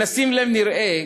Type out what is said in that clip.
אם נשים לב נראה